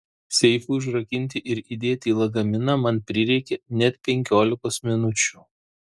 seifui užrakinti ir įdėti į lagaminą man prireikė net penkiolikos minučių